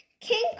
King